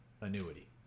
annuity